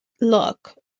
Look